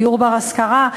דיור בר-השכרה,